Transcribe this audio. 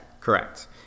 Correct